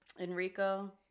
Enrico